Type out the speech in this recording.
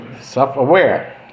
Self-aware